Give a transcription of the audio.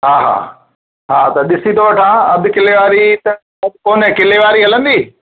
हा हा हा त ॾिसी थो वठां अधु किले वारी त कोन्हे किले वारी हलंदी